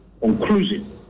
conclusion